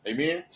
Amen